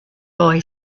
boy